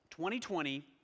2020